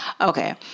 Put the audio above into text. Okay